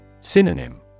Synonym